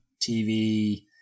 TV